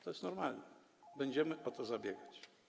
To jest normalne, będziemy o to zabiegać.